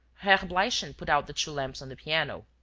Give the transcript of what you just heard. herr bleichen put out the two lamps on the piano.